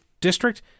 district